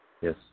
Yes